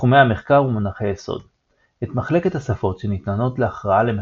תחומי המחקר ומונחי יסוד את מחלקת השפות שניתנות להכרעה למחצה,